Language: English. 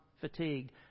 fatigued